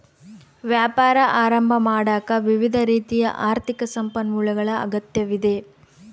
ವ್ಯಾಪಾರ ಆರಂಭ ಮಾಡಾಕ ವಿವಿಧ ರೀತಿಯ ಆರ್ಥಿಕ ಸಂಪನ್ಮೂಲಗಳ ಅಗತ್ಯವಿದೆ